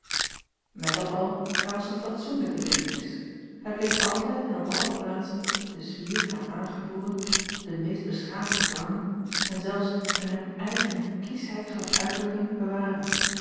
met dat al hij was een fatsoenlijke lichtmis hij bleef altijd en op alle plaatsen den zwier hem aangeboren de meest beschaafde vormen en zelfs een hem eigen kiesheid van uitdrukking bewaren